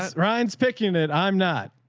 ah ryan's picking it. i'm not,